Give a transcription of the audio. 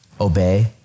obey